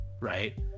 right